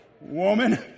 Woman